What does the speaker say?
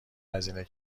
هزینه